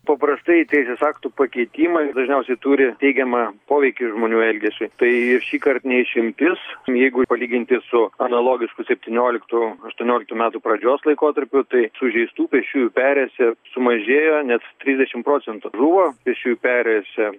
paprastai teisės aktų pakeitimai dažniausiai turi teigiamą poveikį žmonių elgesiui tai ir šįkart ne išimtis jeigu palyginti su analogišku septyniolkiktų aštuonioliktų metų pradžios laikotarpiu tai sužeistų pėsčiųjų perėjose sumažėjo net trisdešimt procentų žuvo pėsčiųjų perėjose